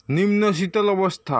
নিম্ন শীতল অবস্থা